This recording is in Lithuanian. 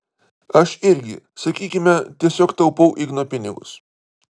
aš irgi sakykime tiesiog taupau igno pinigus